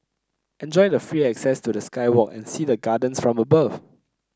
enjoy the free access to the sky walk and see the gardens from above